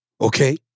Okay